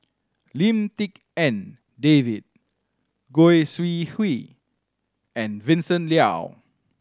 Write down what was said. Lim Tik En David Goi Seng Hui and Vincent Leow